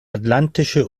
atlantische